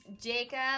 Jacob